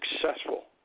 successful